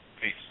peace